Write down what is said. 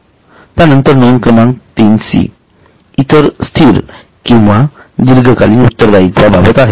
त्यानंतर नोंद क्रमांक तीन सी इतर स्थिर अथवा दीर्घकालीन उत्तरदायित्वाबाबत आहे